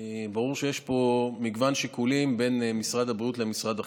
ברור שיש פה מגוון שיקולים בין משרד הבריאות למשרד החינוך.